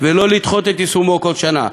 ולא לדחות את יישומו כל שנה.